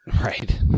Right